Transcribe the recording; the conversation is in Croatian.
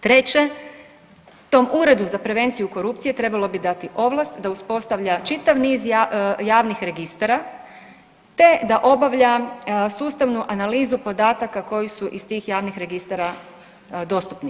Treće, tom Uredu za prevenciju korupcije trebalo bi dati ovlast da uspostavlja čitav niz javnih registara, te da obavlja sustavnu analizu podataka koji su iz tih javnih registara dostupni.